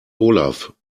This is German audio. olaf